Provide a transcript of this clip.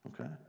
okay